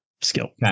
skill